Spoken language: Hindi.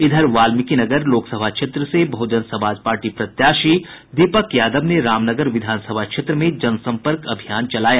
इधर वाल्मीकीनगर लोकसभा क्षेत्र से बहुजन समाज पार्टी प्रत्याशी दीपक यादव ने रामनगर विधानसभा क्षेत्र में जनसंपर्क अभियान चलाया